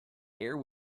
air